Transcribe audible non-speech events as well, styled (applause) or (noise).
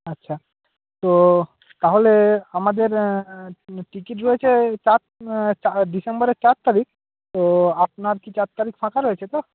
আচ্ছা তো তাহলে আমাদের টিকিট রয়েছে চার (unintelligible) ডিসেম্বরের চার তারিখ তো আপনার কি চার তারিখ ফাঁকা রয়েছে তো